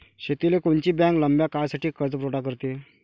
शेतीले कोनची बँक लंब्या काळासाठी कर्जपुरवठा करते?